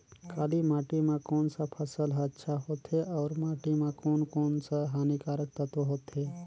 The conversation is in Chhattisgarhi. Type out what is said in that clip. काली माटी मां कोन सा फसल ह अच्छा होथे अउर माटी म कोन कोन स हानिकारक तत्व होथे?